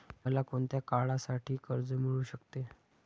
मला कोणत्या काळासाठी कर्ज मिळू शकते?